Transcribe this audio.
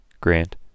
Grant